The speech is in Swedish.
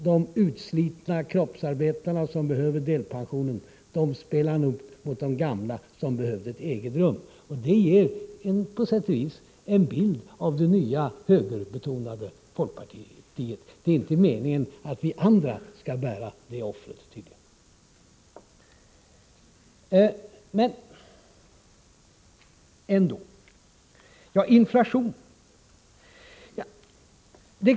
De utslitna kroppsarbetarna, som behöver delpensionen, spelade han ut mot de gamla, som behöver ett eget rum. Det ger på sätt och vis en bild av det nya, högerbetonade, folkpartiet. Det är inte meningen att vi andra skall göra det offret, tydligen.